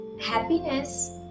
Happiness